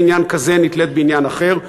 נתלית בעניין כזה, נתלית בעניין אחר.